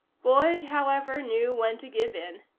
boyd, however, knew when to give in.